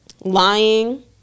lying